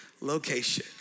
location